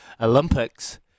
Olympics